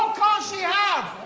she have?